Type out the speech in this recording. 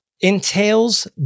entails